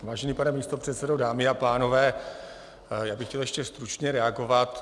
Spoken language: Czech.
Vážený pane místopředsedo, dámy a pánové, chtěl bych ještě stručně reagovat.